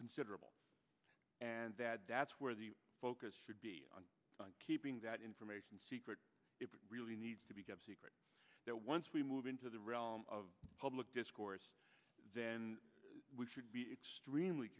considerable and that that's where the focus should be on keeping that information secret it really needs to be kept secret that once we move into the realm of public discourse then we should be extremely